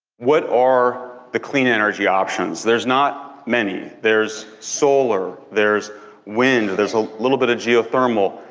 what are the clean energy options? there's not many. there's solar, there's wind, there's a little bit of geothermal,